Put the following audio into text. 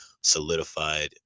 solidified